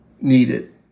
needed